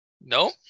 No